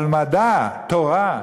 אבל מדע תורה,